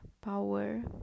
power